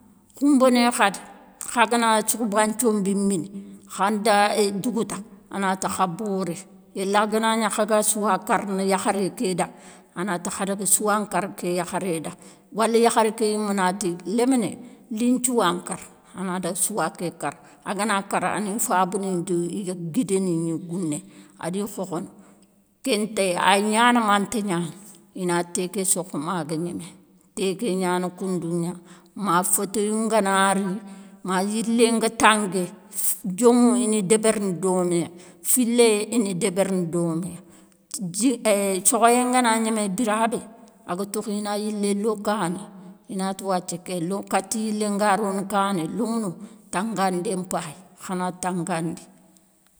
Khoumbéné khadi, kha gana sokhoba nthiombi mini, khanda dougouta, anati kha boré yéla ganagni khaga souwa karna, yakharé ké da, anati khadaga souwa nkara ké yakharé da, wala yakharé kéyoume nati, léminé lin nthiouwa nkara, anadaga souwa ké kara, agana kara, ani fabani di guidani gni gouné, adi khokhono. Kén téy ay gnana manta gnana, ina té ké sokhomaga gnémé, téké gnana koundou gna ma fétéyou ngana ri, ma yilé nga tangué, dionŋou ina débérini doméya, filéyé ina débérini doméya, dji sokhéyé ngana gnémé bira bé, agatokhina yilé lo kani, inati wathia ké lokati yilé nga ronokani, lomounou; tangandé, mpayi, khana tangandi.